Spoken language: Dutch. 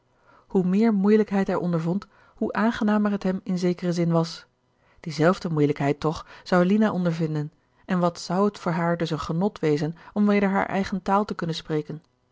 hoe meer moeielijkheid hij ondervond hoe aangenamer het hem in zekeren zin was diezelfde moeielijkheid toch zou lina ondervinden en wat zou het voor haar dus een genot wezen om weder haar eigen taal te kunnen spreken